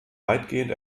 weitgehend